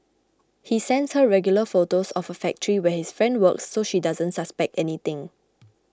he sends her regular photos of a factory where his friend works so she doesn't suspect anything